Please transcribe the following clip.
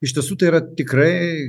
iš tiesų tai yra tikrai